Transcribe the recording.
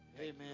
Amen